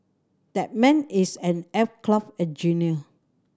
that man is an aircraft engineer